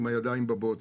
עם הידיים בבוץ.